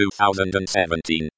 2017